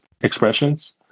Expressions